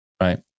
right